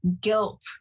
guilt